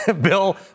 Bill